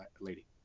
lady